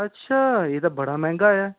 अच्छा एह् ते बड़ा मैंह्गा ऐ